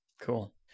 Cool